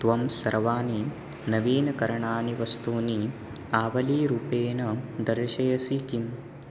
त्वं सर्वानि नवीकरणानि वस्तूनि आवलीरूपेण दर्शयसि किम्